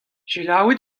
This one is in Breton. selaouit